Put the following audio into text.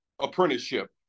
apprenticeship